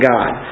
God